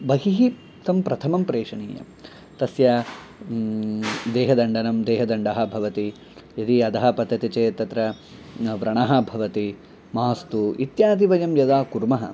बहिः तं प्रथमं प्रेषणीयं तस्य देहदण्डः देहदण्डाः भवन्ति यदि अधः पतति चेत् तत्र न व्रणः भवति मास्तु इत्यादि वयं यदा कुर्मः